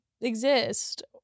exist